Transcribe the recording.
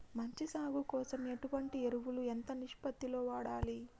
మంచి సాగు కోసం ఎటువంటి ఎరువులు ఎంత నిష్పత్తి లో వాడాలి?